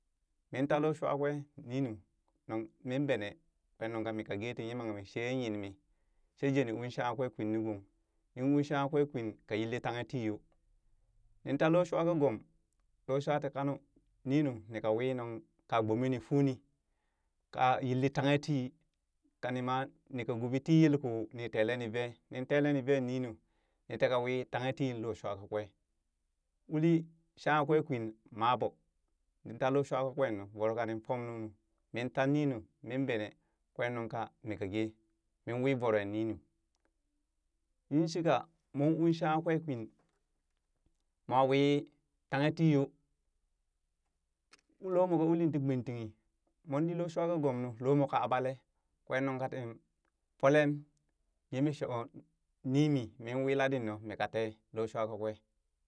Nin taa loo shuwa kwee ninu min bene kwen nungka mika gee ti yee yimanmi shee yinmi jejee ni uu shanka kwee kwin nu gong, nin ung shangha kwee kwin ka yinli tanghe tii yoo, nin ta looshuwa ka loogom looshuwa ti kano ninu ni wi nuŋ ka gbome nifuuni ka yilli tanghe ti, ka ni ma nika ubii tii yelkako ni telee ni vee nin telee ni vee nunu ni teka wii tanghe ti looshuwa kakwee uli shangha kwe kwin maa ɓoo nin ta looshew kakwennu voro kanin fom ninu min ta ninu yin benee kwee nuŋka mika gee min wii voroo ninuu yin shika mon uun shangha kwee kwin moo wee tannghe tii yoo lomo ka uli tii bwintinghi mon ɗii looshuwa ka gomnu looh moo ka aɓalee, kwee nung ka tin folem yeemee shoo ni mii nin wi laɗi nu mika tee looshuwa kwee.